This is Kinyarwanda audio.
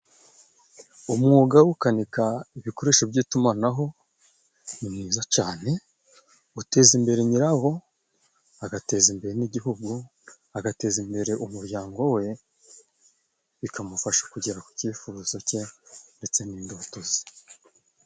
Umwuga wo gukanika ibikoresho by'itumanaho ni mwiza cane, uteza imbere nyirawo, agateza imbere n'igihugu, agateza imbere umuryango we, bikamufasha kugera ku cyifuzo cye ndetse n'indoto ze.